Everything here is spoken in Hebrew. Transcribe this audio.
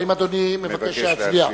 האם אדוני מבקש להצביע?